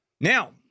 Now